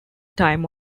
time